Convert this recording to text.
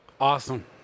Awesome